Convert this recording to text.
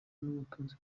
n’ubutunzi